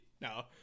no